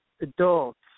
adults